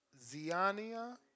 Ziania